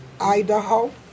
Idaho